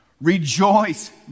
Rejoice